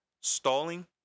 Stalling